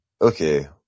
Okay